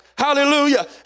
Hallelujah